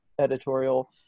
editorial